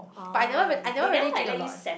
but I never really I never really drink a lot